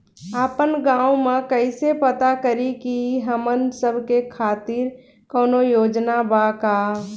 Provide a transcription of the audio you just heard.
आपन गाँव म कइसे पता करि की हमन सब के खातिर कौनो योजना बा का?